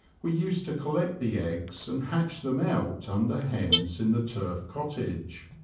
we used to collect the eggs and hatch them out under hens in the turf cottage.